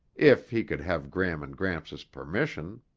if he could have gram and gramps' permission.